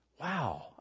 wow